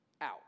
out